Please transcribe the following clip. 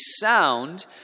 sound